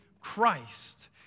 Christ